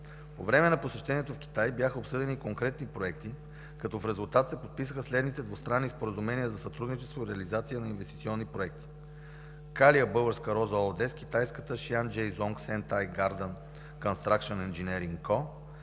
По време на посещението в Китай бяха обсъдени и конкретни проекти, като в резултат се подписаха следните двустранни споразумения за сътрудничество и реализация на инвестиционни проекти: - „Калия Българска роза” ООД с китайската „Шиаджейзонг Сентай гарден констракшън енджинеринг Ко”;